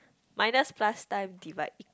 minus plus times divide